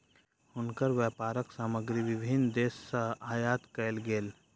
हुनकर व्यापारक सामग्री विभिन्न देस सॅ आयात कयल गेल